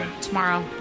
Tomorrow